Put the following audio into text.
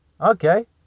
okay